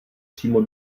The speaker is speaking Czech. přímo